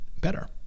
better